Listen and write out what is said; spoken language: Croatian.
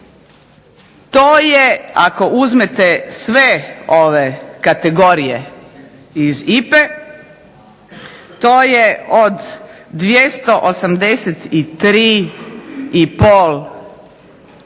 To je ako uzmete sve kategorije iz IPA-e to je od 283 i pol